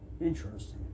interesting